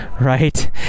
right